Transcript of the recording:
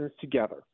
together